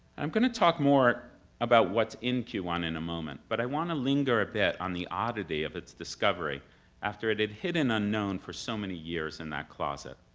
i'm going to talk more about what's in q one in a moment, but i want to linger a bit on the oddity of its discovery after it had hidden unknown for so many years in that closet.